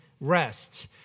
rest